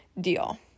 deal